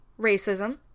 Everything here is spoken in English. racism